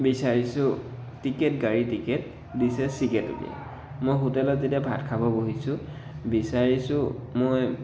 বিচাৰিছোঁ টিকেট গাড়ীৰ টিকেট দিছে চিগাৰেট মই হোটেলত যেতিয়া ভাত খাব বহিছোঁ বিচাৰিছোঁ মই